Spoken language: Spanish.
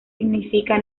significa